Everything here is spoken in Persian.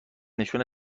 نشون